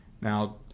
now